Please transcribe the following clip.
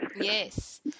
Yes